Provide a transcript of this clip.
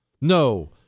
No